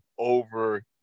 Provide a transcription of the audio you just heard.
over